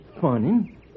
funny